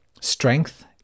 strength